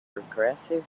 progressive